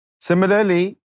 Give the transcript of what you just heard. Similarly